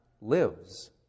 lives